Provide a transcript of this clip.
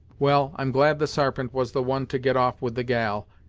well, i'm glad the sarpent was the one to get off with the gal,